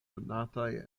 konataj